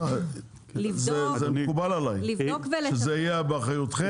זה מקובל עלי שזה יהיה באחריותכם,